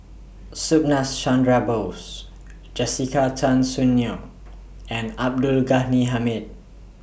Subhas Chandra Bose Jessica Tan Soon Neo and Abdul Ghani Hamid